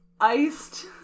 iced